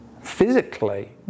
physically